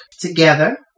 together